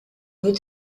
good